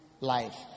life